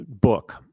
book